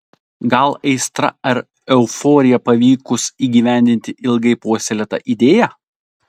gal aistra ar euforija pavykus įgyvendinti ilgai puoselėtą idėją